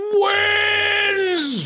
wins